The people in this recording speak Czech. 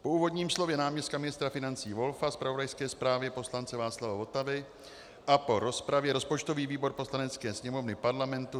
Po úvodním slově náměstka ministra financí Volfa, zpravodajské zprávě poslance Václava Votavy a po rozpravě rozpočtový výbor Poslanecké sněmovny Parlamentu